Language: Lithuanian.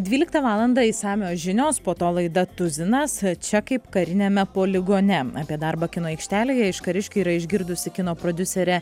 dvyliktą valandą išsamios žinios po to laida tuzinas čia kaip kariniame poligone apie darbą kino aikštelėje iš kariškių yra išgirdusi kino prodiuserė